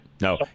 No